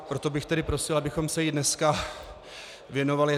Proto bych tedy prosil, abychom se jí dneska věnovali.